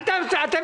אותי.